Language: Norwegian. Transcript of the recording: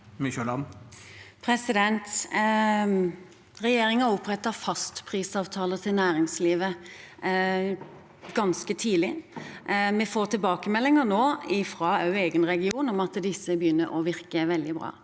Regjeringen opprettet fastprisavtaler til næringslivet ganske tidlig. Vi får tilbakemeldinger nå, også fra egen region, om at disse begynner å virke veldig bra.